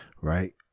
Right